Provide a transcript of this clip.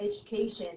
education